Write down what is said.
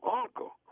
uncle